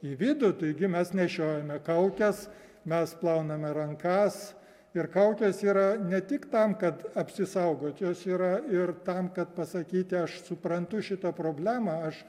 į vidų taigi mes nešiojame kaukes mes plauname rankas ir kaukės yra ne tik tam kad apsisaugot jos yra ir tam kad pasakyti aš suprantu šitą problemą aš